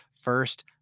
first